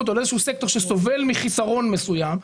או לאיזשהו סקטור שסובל מחסרון מסוים,